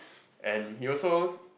and he also